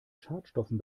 schadstoffen